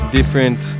Different